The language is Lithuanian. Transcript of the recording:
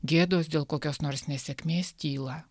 gėdos dėl kokios nors nesėkmės tylą